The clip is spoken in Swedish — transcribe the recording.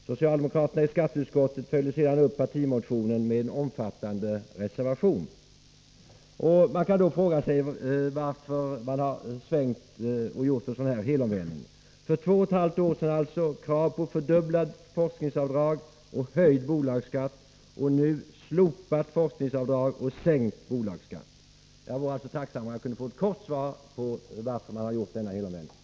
Socialdemokraterna i skatteutskottet följde sedan upp partimotionen med en omfattande reservation. Man kan då fråga sig varför socialdemokraterna nu gjort en helomvändning. För två och ett halvt år sedan krav på fördubblat forskningsavdrag och höjd bolagsskatt, och nu slopat forskningsavdrag och sänkt bolagsskatt. Jag vore tacksam om jag kunde få ett kort svar på frågan, varför man har gjort denna helomvändning.